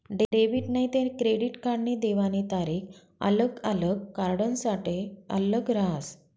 debit नैते credit कार्डनी देवानी तारीख आल्लग आल्लग कार्डसनासाठे आल्लग रहास